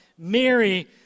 Mary